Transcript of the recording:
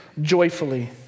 joyfully